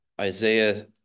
Isaiah